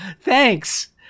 Thanks